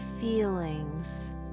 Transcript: feelings